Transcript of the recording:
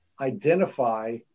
identify